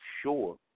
sure